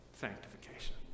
sanctification